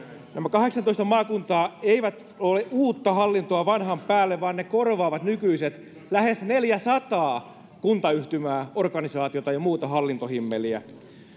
kahdeksantoista maakuntaa eivät ole uutta hallintoa vanhan päälle vaan ne korvaavat nykyiset lähes neljäsataa kuntayhtymää organisaatiota ja muuta hallintohimmeliä